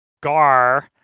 Gar